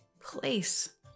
place